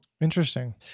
interesting